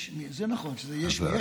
זה נכון, זה יש מיש.